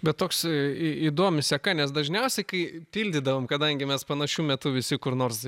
bet toks į įdomi seka nes dažniausiai kai pildydavom kadangi mes panašiu metu visi kur nors